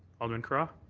alderman carra?